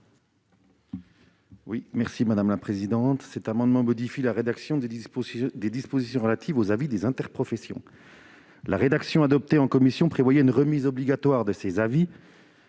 est à M. le rapporteur. Cet amendement vise à modifier la rédaction des dispositions relatives aux avis des interprofessions. La rédaction adoptée en commission prévoyait une remise obligatoire de ces avis,